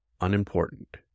unimportant